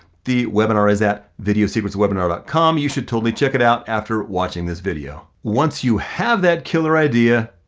the webinar is at videosecretswebinar like com, you should totally check it out after watching this video. once you have that killer idea,